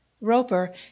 roper